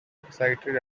excited